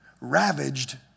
ravaged